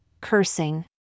cursing